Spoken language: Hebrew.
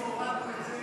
אנחנו הורדנו את זה